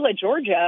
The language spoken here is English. Georgia